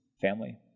family